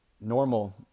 normal